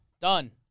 Done